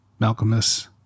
Malcolmus